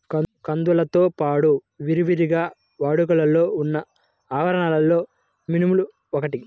కందులతో పాడు విరివిగా వాడుకలో ఉన్న అపరాలలో మినుములు ఒకటి